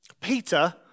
Peter